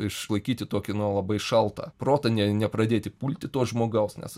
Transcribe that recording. išlaikyti tokį nu labai šaltą protą ne nepradėti pulti to žmogaus nes